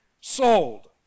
sold